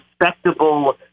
respectable